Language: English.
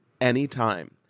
anytime